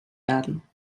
werden